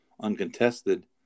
uncontested